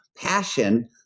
passion